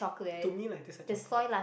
to me lah it tastes like chocolate